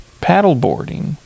Paddleboarding